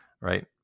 right